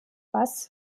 was